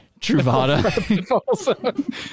Truvada